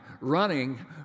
running